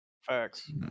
Facts